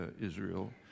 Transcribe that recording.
Israel